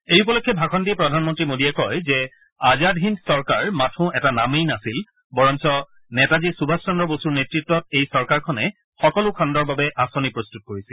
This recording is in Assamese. এই উপলক্ষে ভাষণ দি প্ৰধানমন্ত্ৰী মোডীয়ে কয় যে আজাদ হিন্দ চৰকাৰ মাথোঁ এটা নামেই নাছিল বৰং নেতাজী সুভাষ চন্দ্ৰ বসুৰ নেতৃত্বত এই চৰকাৰখনে সকলো খণ্ডৰ বাবে আঁচনি প্ৰস্তত কৰিছিল